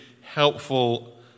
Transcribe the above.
helpful